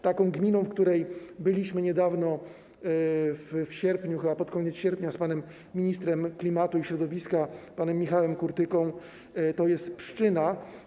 Taką gminą, w której byliśmy niedawno, w sierpniu chyba, pod koniec sierpnia, z panem ministrem klimatu i środowiska, panem Michałem Kurtyką, jest Pszczyna.